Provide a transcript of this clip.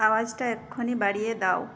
আওয়াজটা এক্ষুণি বাড়িয়ে দাও